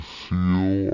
feel